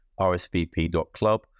rsvp.club